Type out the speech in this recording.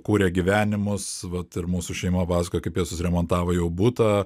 kūrė gyvenimus vat ir mūsų šeima pasakojo kaip jie susiremontavo jau butą